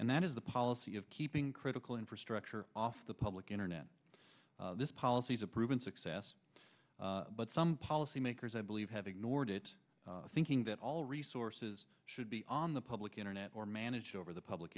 and that is the policy of keeping critical infrastructure off the public internet this policy is a proven success but some policymakers i believe have ignored it thinking that all resources should be on the public internet or managed over the public